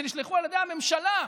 שנשלחו על ידי הממשלה,